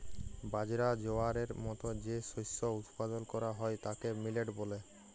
বাজরা, জয়ারের মত যে শস্য উৎপাদল ক্যরা হ্যয় তাকে মিলেট ব্যলে